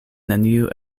neniu